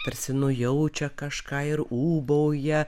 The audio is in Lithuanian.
tarsi nujaučia kažką ir ūbauja